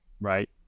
right